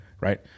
right